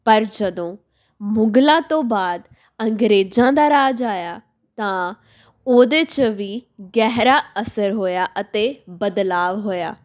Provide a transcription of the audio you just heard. ਪਰ ਜਦੋਂ ਮੁਗਲਾਂ ਤੋਂ ਬਾਅਦ ਅੰਗਰੇਜ਼ਾਂ ਦਾ ਰਾਜ ਆਇਆ ਤਾਂ ਉਹਦੇ 'ਚ ਵੀ ਗਹਿਰਾ ਅਸਰ ਹੋਇਆ ਅਤੇ ਬਦਲਾਵ ਹੋਇਆ